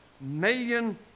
million